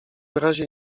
razie